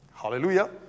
Hallelujah